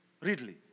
Ridley